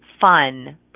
fun